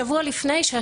שבוע לפני כן,